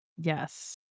Yes